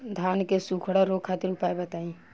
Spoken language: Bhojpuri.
धान के सुखड़ा रोग खातिर उपाय बताई?